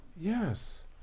Yes